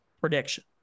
prediction